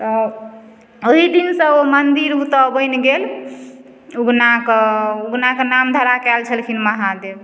तऽ ओही दिनसँ ओ मन्दिर ओतऽ बनि गेल उगनाके उगनाके नाम धराके आयल छलखिन महादेव